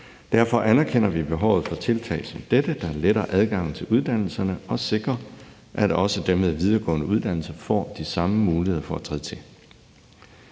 Derfor anerkender vi behovet for tiltag som dette, der letter adgangen til uddannelserne og sikrer, at også dem med en videregående uddannelse får de samme muligheder for at træde til.